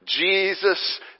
Jesus